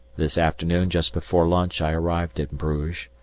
this afternoon just before lunch i arrived in bruges,